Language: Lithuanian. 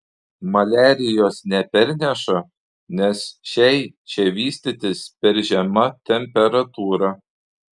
maliarijos neperneša nes šiai čia vystytis per žema temperatūra